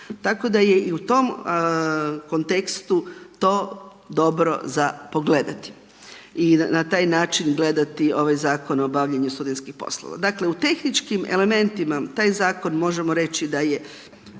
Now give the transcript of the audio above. Tako da je i u tom kontekstu to dobro za pogledati i na taj način gledati ovaj Zakon o obavljanju studentskih poslova. Dakle, u tehničkim elementima taj zakon možemo reći da nije